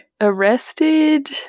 arrested